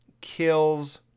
kills